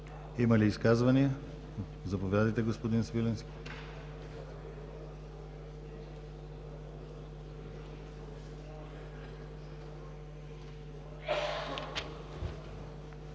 Има ли изказвания? Заповядайте, господин Свиленски.